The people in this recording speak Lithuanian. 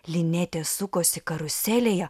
linetė sukosi karuselėje